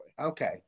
Okay